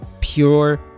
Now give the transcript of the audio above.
pure